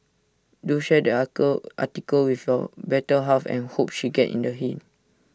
do share the article with your better half and hopes she get in the hint